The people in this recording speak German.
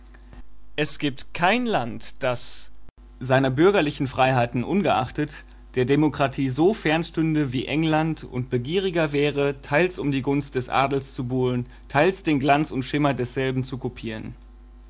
es gibt kein land das seiner bürgerlichen freiheiten ungeachtet der demokratie so fernstünde wie england und begieriger wäre teils um die gunst des adels zu buhlen teils den glanz und schimmer desselben zu kopieren